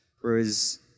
Whereas